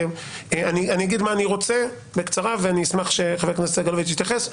אני אגיד מה אני רוצה בקצרה ואני אשמח שחבר הכנסת סגלוביץ' יתייחס.